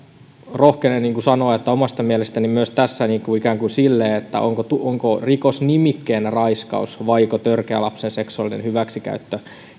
rohkenen sanoa että omasta mielestäni myös tässä ikään kuin sille nimikesemantiikkariidalle onko rikosnimikkeenä raiskaus vaiko törkeä lapsen seksuaalinen hyväksikäyttö